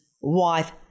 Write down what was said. wife